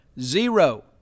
Zero